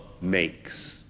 makes